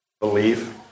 believe